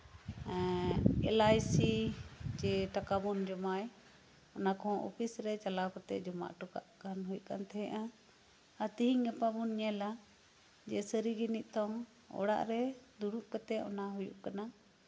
ᱮᱞᱟᱭ ᱥᱤ ᱥᱮ ᱴᱟᱠᱟ ᱵᱚᱱ ᱡᱚᱢᱟᱭ ᱚᱱᱟ ᱠᱚᱦᱚᱸ ᱚᱯᱷᱤᱥ ᱨᱮ ᱪᱟᱞᱟᱣ ᱠᱟᱛᱮ ᱡᱚᱢᱟ ᱦᱚᱴᱚ ᱠᱟᱜ ᱦᱩᱭᱩᱜ ᱠᱟᱱ ᱛᱟᱦᱮᱸᱱᱟ ᱟᱨ ᱛᱤᱦᱤᱧ ᱜᱟᱯᱟ ᱵᱚᱱ ᱧᱮᱞᱟ ᱥᱟᱨᱤᱜᱮ ᱱᱤᱛᱳᱝ ᱚᱲᱟᱜ ᱨᱮ ᱫᱩᱲᱩᱵ ᱠᱟᱛᱮ ᱚᱱᱟ ᱦᱩᱭᱩᱜ ᱠᱟᱱᱟ